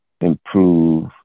improve